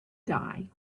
die